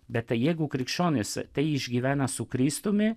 bet jeigu krikščionys tai išgyvena su kristumi